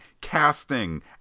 casting